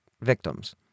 victims